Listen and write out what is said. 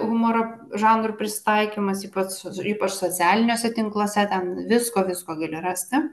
humoro žanrų prisitaikymas ypač ypač socialiniuose tinkluose ten visko visko gali rasti